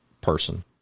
person